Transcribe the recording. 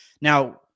Now